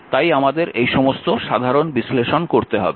তাই আমাদের এই সমস্ত সাধারণ বিশ্লেষণ করতে হবে